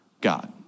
God